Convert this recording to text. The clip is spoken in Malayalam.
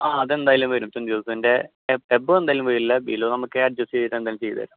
ആ അതെന്തായാലും വരും ട്വൻറ്റി തൗസൻഡിൻ്റെ എബോവ് എന്തായാലും വരില്ല ബിലോ നമുക്ക് അഡ്ജസ്റ്റ് ചെയ്തിട്ട് എന്തായാലും ചെയ്തുതരാം